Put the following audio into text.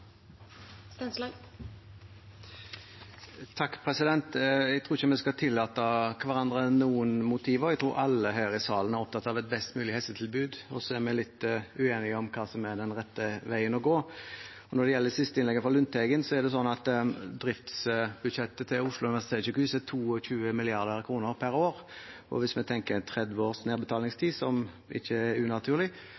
opptatt av et best mulig helsetilbud, og så er vi litt uenige om hva som er den rette veien å gå. Når det gjelder det siste innlegget, fra representanten Lundteigen: Det er slik at driftsbudsjettet til Oslo universitetssykehus er 22 mrd. kr per år. Hvis vi tenker 30 års